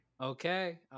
Okay